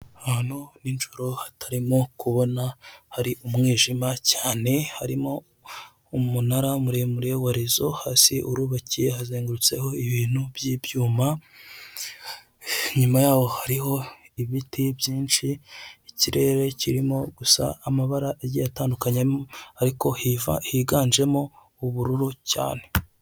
Ahantu ninjoro hatarimo kubona, hari umwijima cyane. Harimo umunara muremure wa rezo, hasi urubakiye hazengurutseho ibintu by'ibyuma. Inyuma yaho hari ibiti byinshi. Ikirere kirimo gusa amabara agiye atandukanye ariko higanjemo ubururu cyane.